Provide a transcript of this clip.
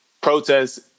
protests